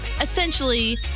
essentially